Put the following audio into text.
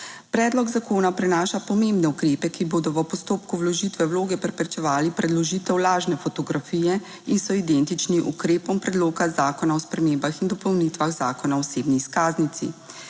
Predlog zakona prinaša pomembne ukrepe, ki bodo v postopku vložitve vloge preprečevali predložitev lažne fotografije in so identični ukrepom Predloga zakona o spremembah in dopolnitvah Zakona o osebni izkaznici.